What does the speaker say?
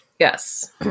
Yes